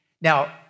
Now